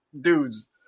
dudes